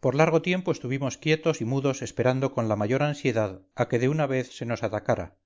por largo tiempo estuvimos quietos y mudos esperando con la mayor ansiedad a que de una vez se nos atacara